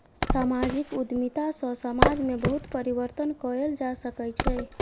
सामाजिक उद्यमिता सॅ समाज में बहुत परिवर्तन कयल जा सकै छै